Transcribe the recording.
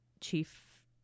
chief